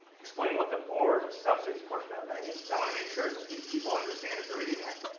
explain what the board subsidies portion of that is because i want to make sure that people understand, if they're reading that,